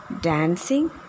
dancing